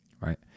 right